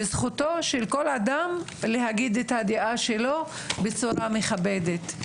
וזכותו של כל אדם להגיד את הדעה שלו בצורה מכבדת.